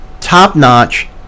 top-notch